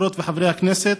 חברות וחברי הכנסת,